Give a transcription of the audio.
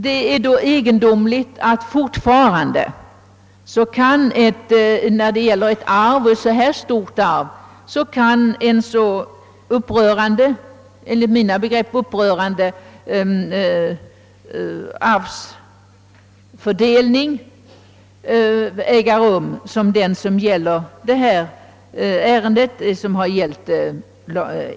Det är då egendomligt att en enligt mina begrepp så upprörande fördelning av ett stort arv som i fallet Älgekrans fortfarande kan äga rum.